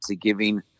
giving